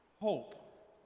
hope